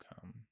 come